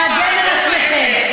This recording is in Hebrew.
להגן על עצמכם.